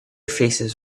faces